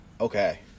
Okay